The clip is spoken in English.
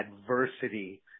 adversity